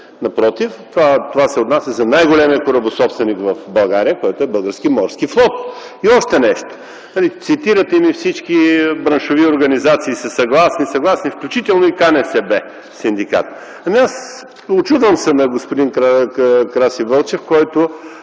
Напротив, това се отнася за най-големия корабособственик в България – Български морски флот. И още нещо. Цитирате, че всички браншови организации са съгласни, включително и КНСБ. Учудвам се на господин Краси Велчев, който